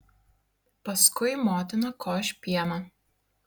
paskui motina koš pieną